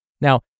Now